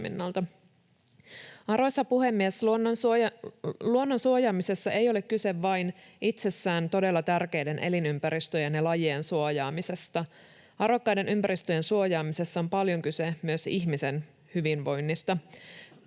Arvoisa puhemies! Luonnon suojaamisessa ei ole kyse vain itsessään todella tärkeiden elinympäristöjen ja lajien suojaamisesta. Arvokkaiden ympäristöjen suojaamisessa on paljon kyse myös ihmisen hyvinvoinnista,